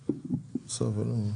הכל.